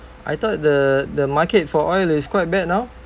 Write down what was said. I thought the the market for oil is quite bad now